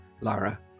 Lara